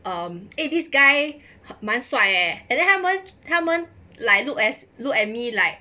um eh this guy 蛮帅 eh and then 他们他们 like look as look at me like